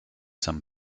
some